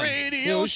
Radio